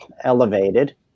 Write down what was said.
elevated